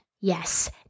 Yes